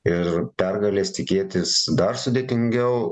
ir pergalės tikėtis dar sudėtingiau